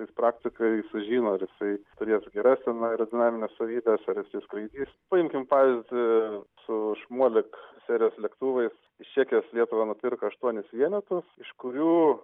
ir praktikoj sužino ar jisai turės geras ten aerodinamines savybes ir jisai skraidys paimkim pavyzdį su šmolik serijos lėktuvais iš čekijos lietuva nupirko aštuonis vienetus iš kurių